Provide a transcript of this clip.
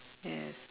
yes